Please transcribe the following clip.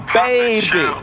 baby